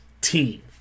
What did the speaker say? team